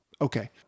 okay